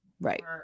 right